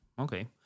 Okay